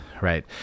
right